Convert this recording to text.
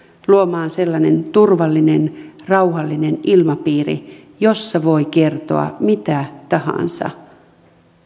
luomaan sellainen turvallinen rauhallinen ilmapiiri jossa voi kertoa mitä tahansa